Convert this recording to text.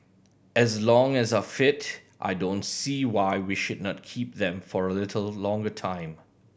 as long as are fit I don't see why we should not keep them for a little longer time